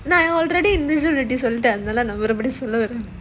now I'm already invisible with this சொல்லிட்டேன் நான் மறுபடி:sollittaen naan marubadi